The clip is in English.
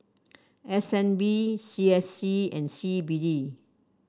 S N B C S C and C B D